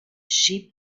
sheep